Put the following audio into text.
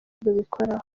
rukora